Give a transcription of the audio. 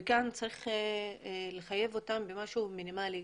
כאן צריך לחייב אותן במשהו מינימלי.